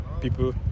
people